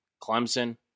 Clemson